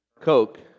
Coke